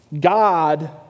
God